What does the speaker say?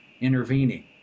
intervening